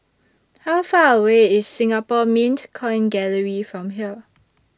How Far away IS Singapore Mint Coin Gallery from here